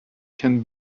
can